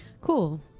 Cool